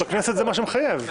בכנסת זה מה שמחייב.